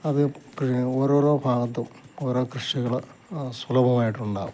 അത് പിന്നെ ഓരോരോ ഭാഗത്തും ഓരോ കൃഷികൾ സുലഭമായിട്ടുണ്ടാവും